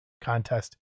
contest